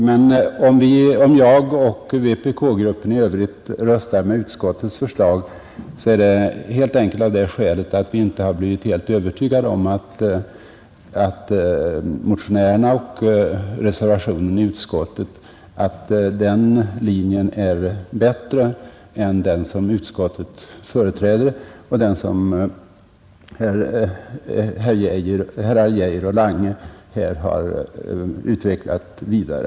Men om jag och vpk-gruppen i övrigt röstar för utskottets förslag sker det helt enkelt av det skälet att vi inte blivit helt övertygade om att motionärernas och reservanternas linje är bättre än den som utskottet företräder och som herrar Arne Geijer och Lange här har utvecklat vidare.